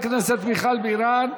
חברת הכנסת מיכל בירן,